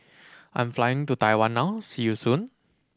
I'm flying to Taiwan now see you soon